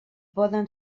poden